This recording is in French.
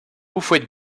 houphouët